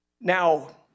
Now